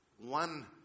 one